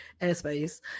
airspace